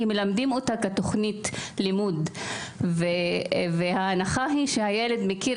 כי מלמדים אותה כתוכנית לימוד וההנחה היא שהילד מכיר